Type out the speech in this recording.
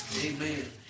Amen